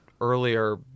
earlier